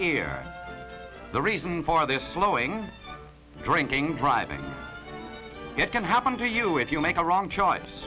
ear the reason for this flowing drinking driving it can happen to you if you make a wrong choice